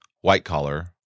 white-collar